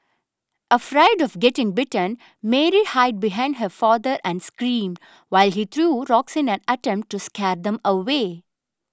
afraid of getting bitten Mary hide behind her father and screamed while he threw rocks in an attempt to scare them away